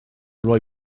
roi